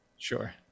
Sure